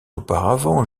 auparavant